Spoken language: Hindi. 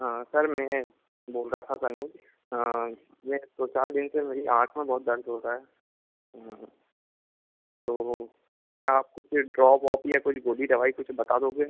हाँ सर मे बोल रहा था तनुज मैं दो चार दिन से मेरी आँख में बहुत दर्द हो रहा है तो क्या आप कुछ ड्रॉप ऑप या कुछ गोली दवाई कुछ बता दोगे